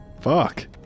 Fuck